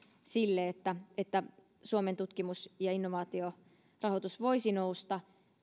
siihen että suomen tutkimus ja innovaatiorahoitus voisi nousta